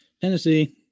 Tennessee